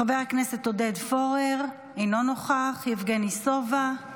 חבר הכנסת עודד פורר, אינו נוכח, יבגני סובה,